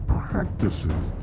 practices